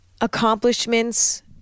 accomplishments